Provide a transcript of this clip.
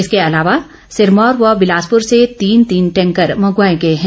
इसके अलावा सिरमौर व बिलासपुर से तीन तीन टैंकर मंगवाए गए हैं